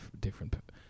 different